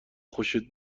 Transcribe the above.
خوشت